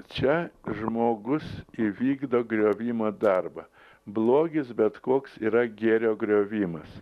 čia žmogus įvykdo griovimo darbą blogis bet koks yra gėrio griovimas